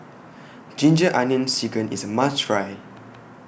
Ginger Onions Chicken IS A must Try